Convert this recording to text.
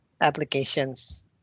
applications